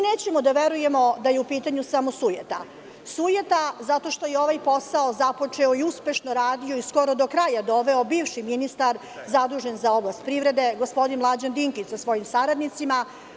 Nećemo da verujemo da je u pitanju samo sujeta, sujeta zato što je ovaj posao započeo i uspešno radio i skoro do kraja doveo bivši ministar zadužen za oblast privrede, gospodin Mlađan Dinkić sa svojim saradnicima.